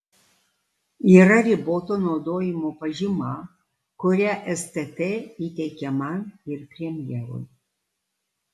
yra riboto naudojimo pažyma kurią stt įteikė man ir premjerui